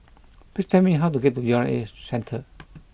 please tell me how to get to U R A Centre